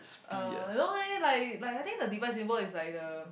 uh no leh like like I think the divide symbol is like the